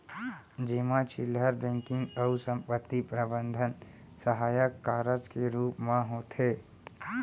जेमा चिल्लहर बेंकिंग अउ संपत्ति प्रबंधन सहायक कारज के रूप म होथे